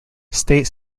state